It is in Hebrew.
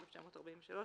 1943,